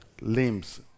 Limbs